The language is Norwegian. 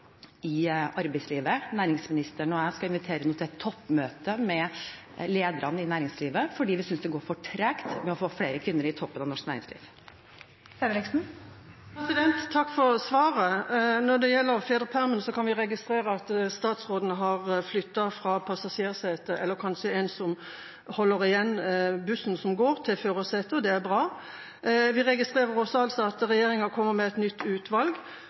næringslivet fordi vi synes det går for tregt å få flere kvinner på toppen i norsk næringsliv. Takk for svaret. Når det gjelder fedrepermen, kan vi registrere at statsråden har flyttet fra passasjersetet – eller kanskje en som holder igjen bussen som går – til førersetet, og det er bra. Vi registrerer også at regjeringa kommer med et nytt utvalg,